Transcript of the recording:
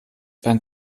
ein